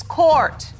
court